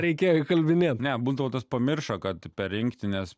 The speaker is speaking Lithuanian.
reikėjo įkalbinėt ne butautas pamiršo kad per rinktinės